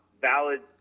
valid